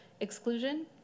Exclusion